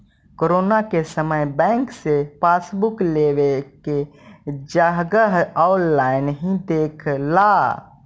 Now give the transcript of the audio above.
corona के समय bank से पासबुक लेवे के जगह ऑनलाइन ही देख ला